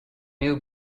new